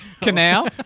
Canal